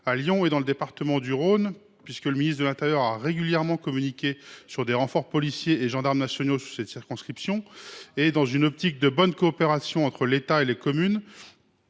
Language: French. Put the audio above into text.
à Lyon et dans le département du Rhône. Le ministère de l’intérieur a régulièrement communiqué sur des renforts de policiers et de gendarmes nationaux dans cette circonscription. Dans une optique de bonne coopération entre l’État et les communes,